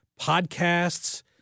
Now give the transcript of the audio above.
podcasts